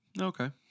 Okay